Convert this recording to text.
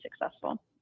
successful